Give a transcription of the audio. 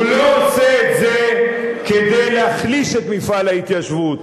הוא לא עושה את זה כדי להחליש את מפעל ההתיישבות.